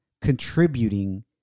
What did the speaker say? contributing